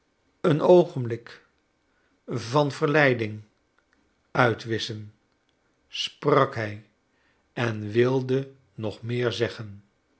een oogenblik van verleiding uitwisschen sprak hij en wilde nog meer zeggen